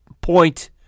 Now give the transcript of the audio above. point